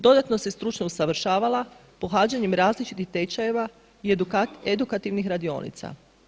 Dodatno se stručno usavršavala pohađanjem različitih tečajeva i edukativnih radionica.